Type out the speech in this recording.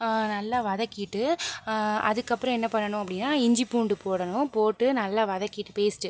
நல்லா வதக்கிட்டு அதுக்கப்புறம் என்ன பண்ணணும் அப்படின்னா இஞ்சி பூண்டு போடணும் போட்டு நல்லா வதக்கிட்டு பேஸ்ட்டு